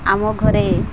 ଆମ ଘରେ